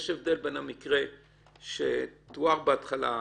יש הבדל בין המקרה שתואר בהתחלה,